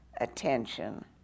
attention